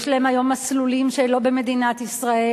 יש להם היום מסלולים שהם לא במדינת ישראל,